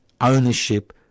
ownership